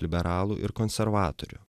liberalų ir konservatorių